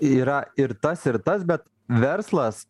yra ir tas ir tas bet verslas